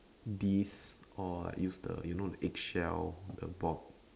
this or like use the you know the egg shell the box